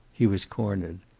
he was cornered.